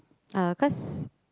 uh cause